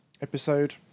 episode